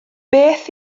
beth